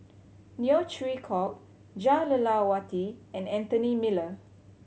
Neo Chwee Kok Jah Lelawati and Anthony Miller